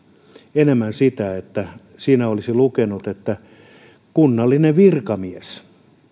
enemmän sitä että siinä olisi lukenut että kunnallinen virkamies